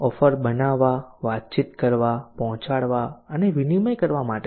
offer બનાવવા વાતચીત કરવા પહોંચાડવા અને વિનિમય કરવા માટે છે